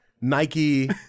Nike